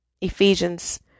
Ephesians